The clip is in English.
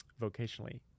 vocationally